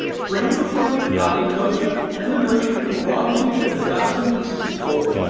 bring before me ali cogia, and the merchant who robbed him of the thousand pieces of gold.